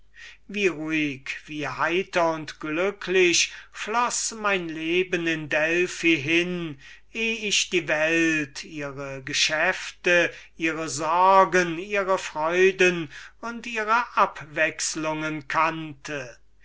wie ruhig wie heiter und glücklich floß mein leben in delphi hin ehe ich die welt ihre geschäfte ihre sorgen ihre freuden und ihre abwechselungen